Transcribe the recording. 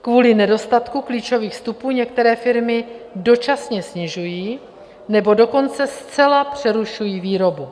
Kvůli nedostatku klíčových vstupů některé firmy dočasně snižují nebo dokonce zcela přerušují výrobu.